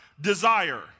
Desire